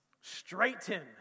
Straighten